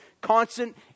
constant